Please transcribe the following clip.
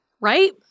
Right